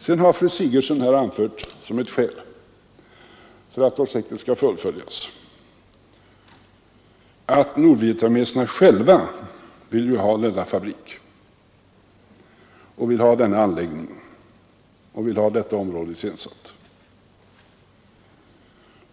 Sedan har fru Sigurdsen som ett skäl för att projektet skall fullföljas anfört att nordvietnameserna själva vill ha denna anläggning och detta område iscensatt.